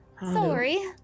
Sorry